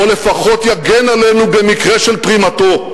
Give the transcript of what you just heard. או לפחות יגן עלינו במקרה של פרימתו.